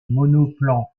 monoplan